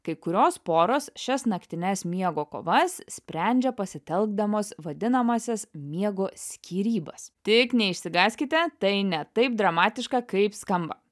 kai kurios poros šias naktines miego kovas sprendžia pasitelkdamos vadinamąsias miego skyrybas tik neišsigąskite tai ne taip dramatiška kaip skamba